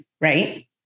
right